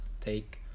take